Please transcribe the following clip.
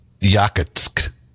Yakutsk